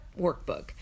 workbook